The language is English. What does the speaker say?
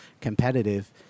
competitive